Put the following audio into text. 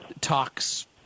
talks